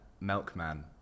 Milkman